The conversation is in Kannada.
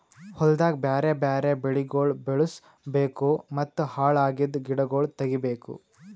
ಹೊಲ್ದಾಗ್ ಬ್ಯಾರೆ ಬ್ಯಾರೆ ಬೆಳಿಗೊಳ್ ಬೆಳುಸ್ ಬೇಕೂ ಮತ್ತ ಹಾಳ್ ಅಗಿದ್ ಗಿಡಗೊಳ್ ತೆಗಿಬೇಕು